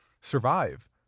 survive